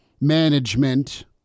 management